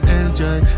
enjoy